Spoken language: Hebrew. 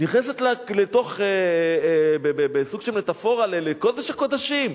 נכנסת בסוג של מטאפורה לקודש הקודשים,